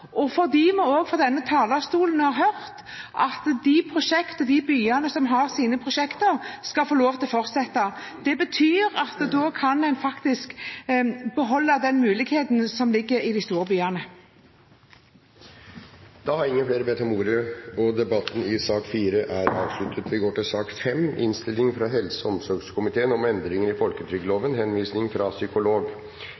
og det er fordi, som vi også har hørt fra denne talerstolen, at de byene som har sine prosjekter, skal få lov til å fortsette. Det betyr at da kan en faktisk beholde den muligheten som ligger i de store byene. Flere har ikke bedt om ordet til sak nr. 4. Som sakens ordfører vil jeg først benytte anledningen til å takke komiteens medlemmer for et utmerket samarbeid i denne saken. I dag yter folketrygden etter folketrygdloven